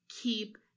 keep